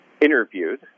interviewed